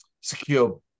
secure